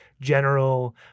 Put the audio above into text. general